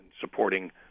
supporting